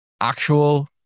actual